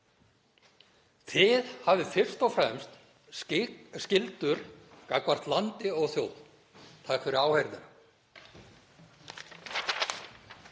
Þið hafið fyrst og fremst skyldur gagnvart landi og þjóð. — Takk fyrir áheyrnina.